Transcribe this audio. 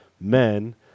men